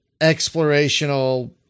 explorational